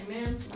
amen